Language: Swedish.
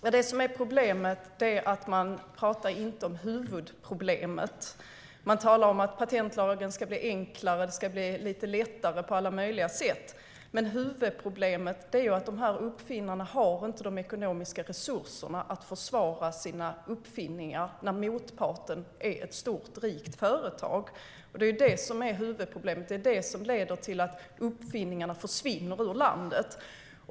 Fru talman! Problemet är att man inte pratar om huvudproblemet. Man pratar om att patentlagen ska bli enklare och att det ska bli lite lättare på alla möjliga sätt. Men huvudproblemet är att uppfinnarna inte har de ekonomiska resurserna att försvara sina uppfinningar när motparten är ett stort, rikt företag. Det är huvudproblemet. Det är det som leder till att uppfinningarna försvinner ur landet.